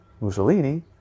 Mussolini